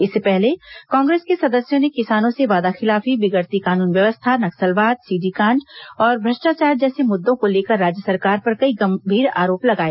इससे पहले कांग्रेस के सदस्यों ने किसानों से वादाखिलाफी बिगड़ती कानून व्यवस्था नक्सलवाद सीडी कांड और भ्रष्टाचार जैसे मुद्दों को लेकर राज्य सरकार पर कई गंभीर आरोप लगाए